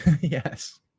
Yes